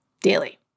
Daily